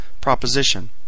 proposition